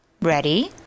Ready